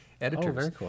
editors